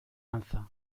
alza